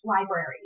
library